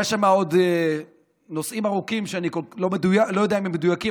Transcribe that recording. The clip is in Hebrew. היו שם עוד נושאים ארוכים שאני לא יודע אם הם מדויקים,